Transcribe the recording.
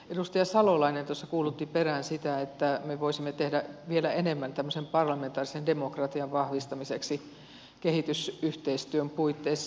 edustaja salolainen tuossa peräänkuulutti sitä että me voisimme tehdä vielä enemmän tämmöisen parlamentaarisen demokratian vahvistamiseksi kehitysyhteistyön puitteissa